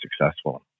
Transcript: successful